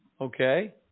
okay